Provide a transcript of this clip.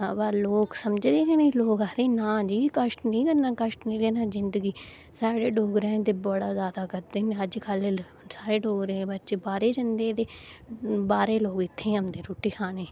अबा लोक समझदे गै नेई लोक आखदे ना जी कश्ट नेईं करना कश्ट नेईं देना जिंद गी साढ़े डोगरे च ते बड़ा ज्यादा करदे न साढ़े डोगरें दे बच्चे बाहरै गी जंदे ते बाह्रै दे लोक इत्थै औंदे रुट्टी खाने गी